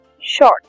short